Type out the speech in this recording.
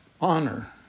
honor